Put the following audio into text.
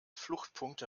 fluchtpunkte